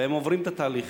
והם עוברים את התהליך.